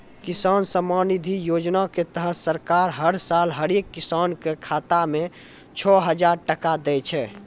किसान सम्मान निधि योजना के तहत सरकार हर साल हरेक किसान कॅ खाता मॅ छो हजार टका दै छै